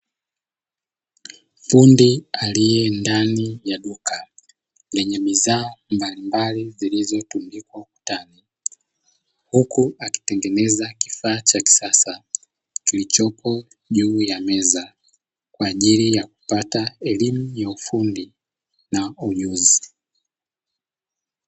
Fundi aliyendani ya duka lenye bidhaa mbalimbali zilizotundikwa ukutani, huku akitengeneza kifaa cha kisasa kilichopo juu ya meza kwa ajili ya kupata elimu ya ufundi na ujuzi.